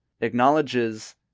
acknowledges